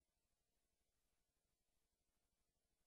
גדול